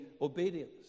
obedience